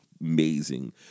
amazing